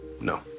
No